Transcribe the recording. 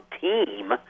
team